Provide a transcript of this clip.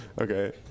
Okay